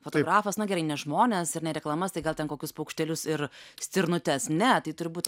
fotografas na gerai ne žmones ir ne reklamas tai gal ten kokius paukštelius ir stirnutes ne tai turi būt